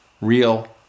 real